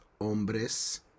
hombres